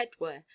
headwear